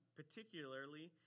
particularly